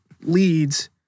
leads